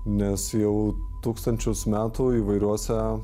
nes jau tūkstančius metų įvairiuose